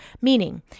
Meaning